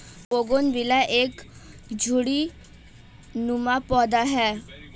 bougainvillea एक झाड़ीनुमा पौधा है